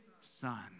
Son